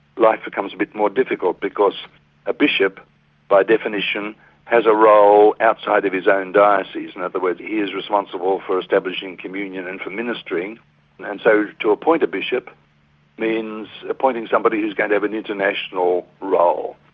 life becomes a bit more difficult because a bishop by definition has a role outside of his own diocese in and other words he is responsible for establishing communion and for ministering and so to appoint a bishop means appointing somebody who's going to have an international role.